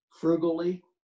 frugally